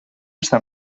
està